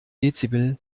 dezibel